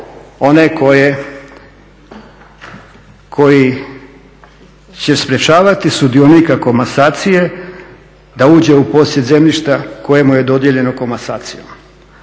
one koji će sprečavati sudionika komasacije da uđe u posjed zemljišta koje mu je dodijeljeno komasacijom.